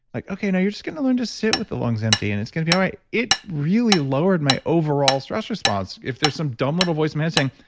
like, okay, now you're just getting to learn to sit with the lungs empty and it's going to be all right. it really lowered my overall stress response. if there's some dumb little voice saying,